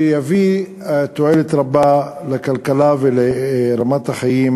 שיביא תועלת רבה לכלכלה ולרמת החיים